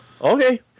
okay